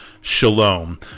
shalom